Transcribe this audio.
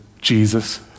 Jesus